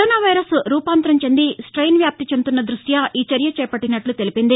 corona virus రూపాంతరం చెంది strain వ్యాప్తి చెందుతున్న రృష్ట్యి ఈ చర్య చేపట్టినట్ల తెలిపింది